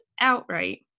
outright